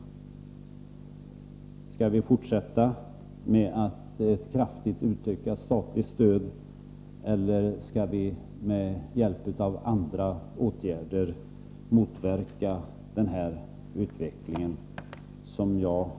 Skall vi fortsätta med ett kraftigt utökat statligt stöd, eller skall vi med hjälp av andra åtgärder motverka den här utvecklingen?